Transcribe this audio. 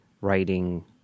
writing